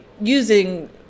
using